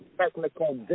technical